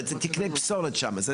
זה לא תקני מלט, זה תקני פסולת שמה.